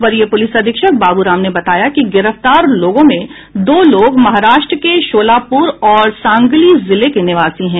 वरीय पुलिस अधीक्षक बाबू राम ने बताया कि गिरफ्तार लोगों में दो लोग महाराष्ट्र के शोलापुर और सांगली जिले के निवासी है